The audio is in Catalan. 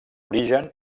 origen